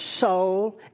soul